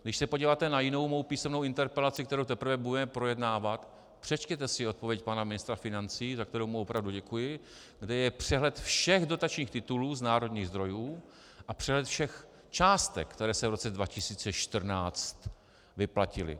Když se podíváte na jinou mou písemnou interpelaci, kterou teprve budeme projednávat, přečtěte si odpověď pana ministra financí, za kterou mu opravdu děkuji, kde je přehled všech dotačních titulů z národních zdrojů a přehled všech částek, které se v roce 2014 vyplatily.